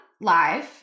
live